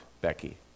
Becky